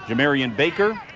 yeah marion baker.